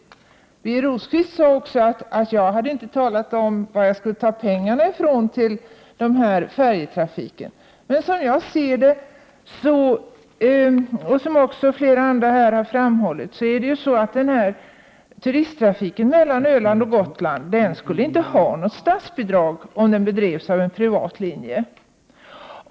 Birger Rosqvist sade att jag inte hade talat om varifrån jag ville ta pengarna till färjetrafiken. Som jag ser det — och som också många andra här har framhållit — skulle inte turisttrafiken mellan Öland och Gotland ha något statsbidrag, om den bedrevs av en privatlinje.